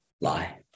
lie